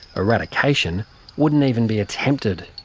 eradication wouldn't even be attempted.